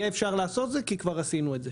אפשר יהיה לעשות את זה כי כבר עשינו את זה.